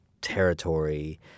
territory